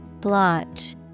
Blotch